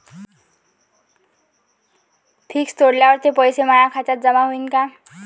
Fix तोडल्यावर ते पैसे माया खात्यात जमा होईनं का?